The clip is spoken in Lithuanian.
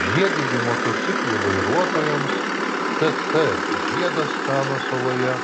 žiedinių motociklų vairuotojams tt žiedas meno saloje